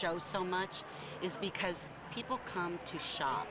show so much is because people come to shop